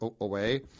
away